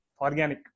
organic